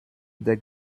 der